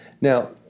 Now